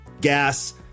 gas